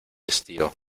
estío